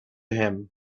him